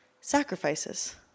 Sacrifices